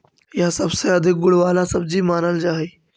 यह सबसे अधिक गुण वाला सब्जी मानल जा हई